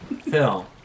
Phil